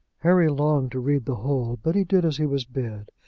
harry longed to read the whole, but he did as he was bid,